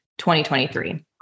2023